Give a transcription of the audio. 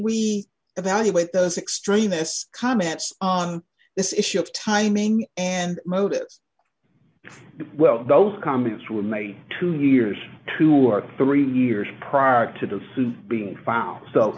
we evaluate those extremist comments on this issue of timing and motives well those comments were made two years two or three years prior to the suit being found